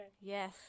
Yes